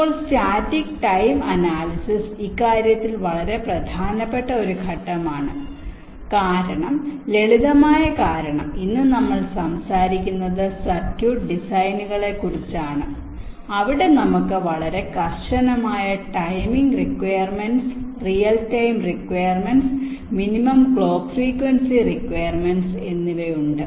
ഇപ്പോൾ static time analysis ഇക്കാര്യത്തിൽ വളരെ പ്രധാനപ്പെട്ട ഒരു ഘട്ടമാണ് കാരണം ലളിതമായ കാരണം ഇന്ന് നമ്മൾ സംസാരിക്കുന്നത് സർക്യൂട്ട് ഡിസൈനുകളെക്കുറിച്ചാണ് അവിടെ നമുക്ക് വളരെ കർശനമായ timing requirements real time requirements minimum clock frequency requirements എന്നിവയുണ്ട്